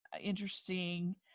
interesting